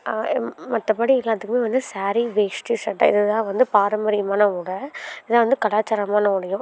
மற்றப்படி எல்லாத்துக்குமே வந்து சாரீ வேஷ்டி சட்டை இது தான் வந்து பாரம்பரியமான உடை இதான் வந்து கலாச்சாரமான உடையும்